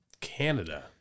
Canada